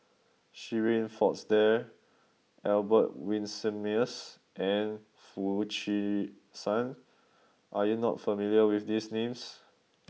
Shirin Fozdar Albert Winsemius and Foo Chee San are you not familiar with these names